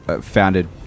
founded